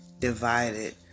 divided